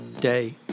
day